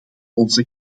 onze